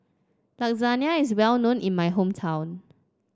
Lasagna is well known in my hometown